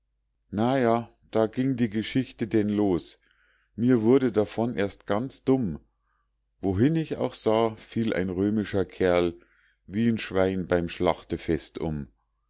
ja da ging die geschichte denn los mir wurde davon erst ganz dumm wohin ich auch sah fiel ein römischer kerl wie'n schwein beim schlachtefest um